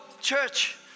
church